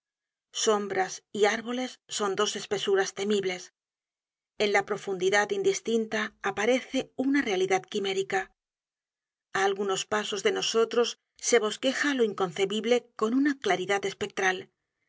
sombras y árboles son dos espesuras temibles en la profundidad indistinta aparece una realidad quimérica a algunos pasos de nosotros se bosqueja lo inconcebible con una claridad espectral se